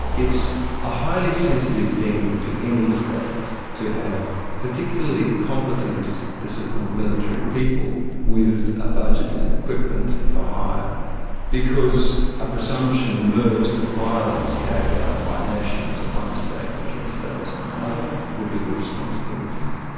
it's a highly sensitive thing for any state to have particularly competent disciplined military people with a budget and equipment for hire because a presumption emerged that violence carried out by nationals of one state against those in another would be the responsibility,